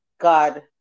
god